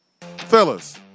Fellas